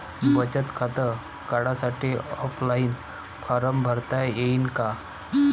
बचत खातं काढासाठी ऑफलाईन फारम भरता येईन का?